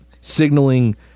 signaling